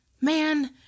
man